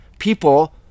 people